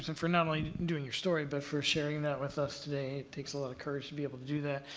so for not only doing your story, but for sharing that with us today it takes a lot of courage to be able to do that.